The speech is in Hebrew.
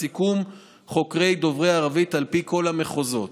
סיכום חוקרי דוברי הערבית על פי כל המחוזות: